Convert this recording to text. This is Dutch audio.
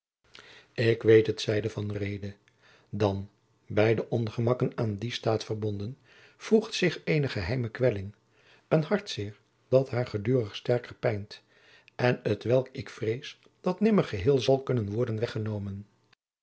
ik weet het zeide van reede dan bij de ongemakken aan dien staat verbonden voegt zich eene geheime kwelling een hartzeer dat haar gedurig sterker pijnt en hetwelk ik vrees dat nimmer geheel zal kunnen worden weggenomen